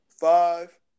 five